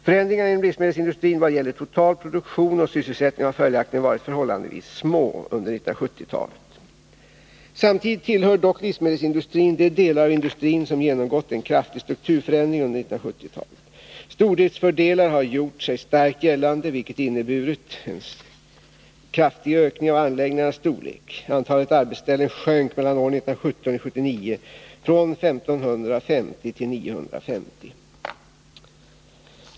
Förändringarna inom livsmedelsindustrin vad gäller total produktion och sysselsättning har följaktligen varit förhållandevis små under 1970-talet. Samtidigt tillhör dock livsmedelsindustrin de delar av industrin som genomgått en kraftig strukturförändring under 1970-talet. Stordriftsfördelar har gjort sig starkt gällande, vilket inneburit en kraftig ökning av anläggningarnas storlek. Antalet arbetsställen sjönk mellan åren 1970 och 1979 från 1 550 till 950.